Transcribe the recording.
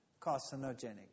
carcinogenic